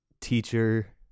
teacher